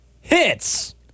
hits